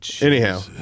Anyhow